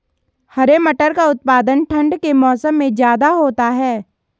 हरे मटर का उत्पादन ठंड के मौसम में ज्यादा होता है